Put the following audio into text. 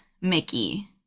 Mickey